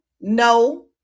no